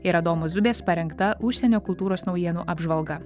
ir adomo zubės parengta užsienio kultūros naujienų apžvalga